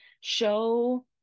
show